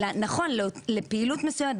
אלא נכון לפעילות מסוימת,